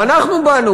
ואנחנו באנו,